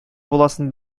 буласын